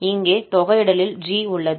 இங்கே தொகையிடலில் g உள்ளது